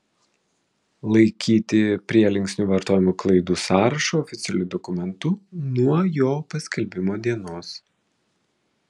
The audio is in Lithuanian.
laikyti prielinksnių vartojimo klaidų sąrašą oficialiu dokumentu nuo jo paskelbimo dienos